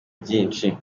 byinshi